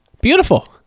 Beautiful